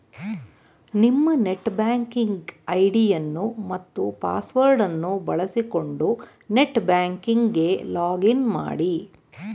ನಿಮ್ಮ net banking ಐಡಿಯನ್ನು ಮತ್ತು ಪಾಸ್ವರ್ಡ್ ಅನ್ನು ಬಳಸಿಕೊಂಡು ನೆಟ್ ಬ್ಯಾಂಕಿಂಗ್ ಗೆ ಲಾಗ್ ಇನ್ ಮಾಡಿ